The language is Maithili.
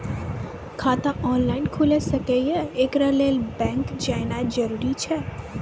खाता ऑनलाइन खूलि सकै यै? एकरा लेल बैंक जेनाय जरूरी एछि?